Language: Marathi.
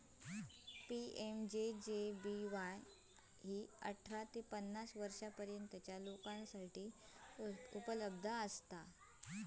पी.एम.जे.जे.बी.वाय अठरा ते पन्नास वर्षांपर्यंतच्या लोकांसाठी उपलब्ध असा